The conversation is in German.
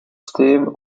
system